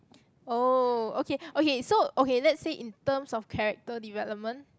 oh okay okay so okay let say in terms of character development